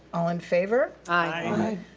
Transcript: all in favor? aye.